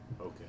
Okay